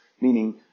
meaning